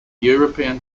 european